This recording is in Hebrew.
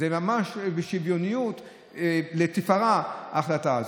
זה ממש שוויוניות לתפארה, ההחלטה הזאת.